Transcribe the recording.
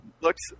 looks